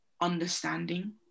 understanding